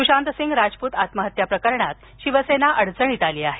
सुशांतसिंग राजपूत आत्महत्या प्रकरणात शिवसेना अडचणीत आली आहे